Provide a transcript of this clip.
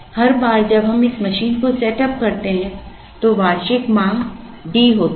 हर बार जब हम इस मशीन को सेटअप करते हैं तो वार्षिक माँग D होती है